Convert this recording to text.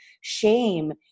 shame